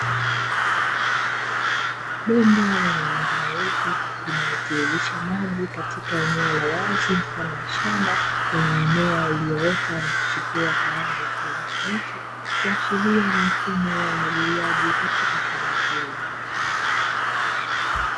Bomba lenye rangi nyeupe inayotiririsha maji katika eneo la wazi mfano wa shamba, lenye mimea iliyoota na kuchipua kwa rangi ya kijani kibichi kuashiria mfumo wa umwagiliaji katika shamba hilo.